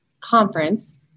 conference